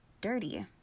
dirty